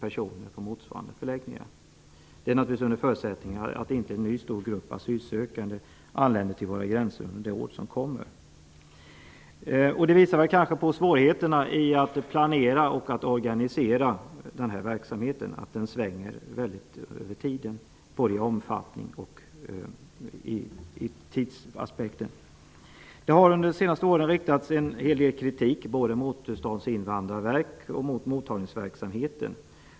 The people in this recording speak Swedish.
Förutsättningen för detta är naturligtvis att en ny stor grupp asylsökande inte anländer till våra gränser under det år som kommer. Detta visar kanske på svårigheterna i att planera och organisera denna verksamhet. Det svänger väldigt när det gäller både tiden och omfattningen. Under de senaste åren har det riktats en hel del kritik både mot Statens invandrarverk och mot mottagningsverksamheten.